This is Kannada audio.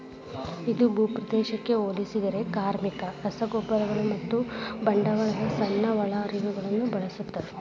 ಇದು ಭೂಪ್ರದೇಶಕ್ಕೆ ಹೋಲಿಸಿದರೆ ಕಾರ್ಮಿಕ, ರಸಗೊಬ್ಬರಗಳು ಮತ್ತು ಬಂಡವಾಳದ ಸಣ್ಣ ಒಳಹರಿವುಗಳನ್ನು ಬಳಸುತ್ತದೆ